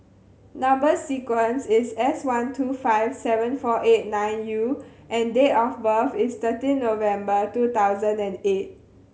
number sequence is S one two five seven four eight nine U and date of birth is thirteen November two thousand and eight